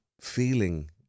feeling